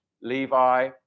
Levi